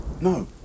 No